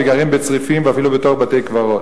וגרים בצריפים ואפילו בתוך בתי-קברות.